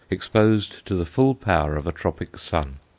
exposed to the full power of a tropic sun?